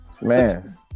Man